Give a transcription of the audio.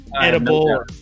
edible